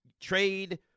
trade